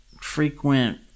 frequent